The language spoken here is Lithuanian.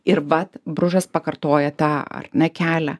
ir vat bružas pakartoja tą ar ne kelią